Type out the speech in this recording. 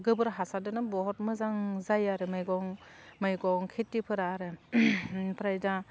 गोबोर हासारजोंनो बुहुत मोजां जायो आरो मैगं मैगं खेथिफोरा आरो ओमफ्राय दा